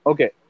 Okay